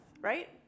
right